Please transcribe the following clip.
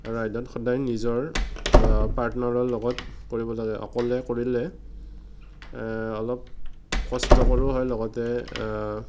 ৰাইডত সদায় নিজৰ পাৰ্টনাৰৰ লগত কৰিব লাগে অকলে কৰিলে অলপ কষ্টকৰো হয় লগতে